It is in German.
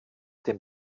dem